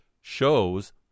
shows